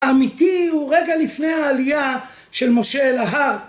האמיתי הוא רגע לפני העלייה של משה אל ההר.